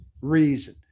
reason